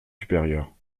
supérieur